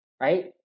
right